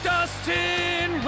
Dustin